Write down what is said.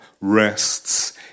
rests